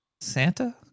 Santa